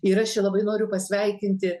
ir aš čia labai noriu pasveikinti